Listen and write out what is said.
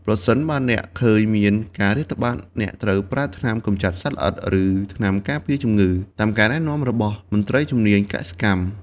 ប្រសិនបើអ្នកឃើញមានការរាតត្បាតអ្នកត្រូវប្រើថ្នាំកម្ចាត់សត្វល្អិត ឬ ថ្នាំការពារជំងឺ តាមការណែនាំរបស់មន្ត្រីជំនាញកសិកម្ម។